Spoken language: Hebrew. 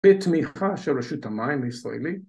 בתמיכה של רשות המים הישראלית